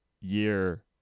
year